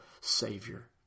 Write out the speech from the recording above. Savior